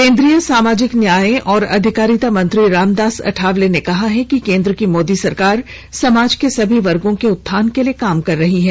केन्द्रीय सामाजिक न्याय और अधिकारिता मंत्री रामदास अठावले ने कहा है कि केन्द्र की मोदी सरकार समाज के सभी वर्गों के उत्थान के लिये काम कर रही है